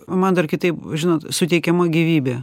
man dar kitaip žinot suteikiama gyvybė